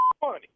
funny